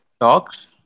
talks